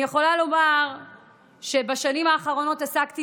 אני יכולה לומר שבשנים האחרונות עסקתי